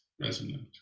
resonant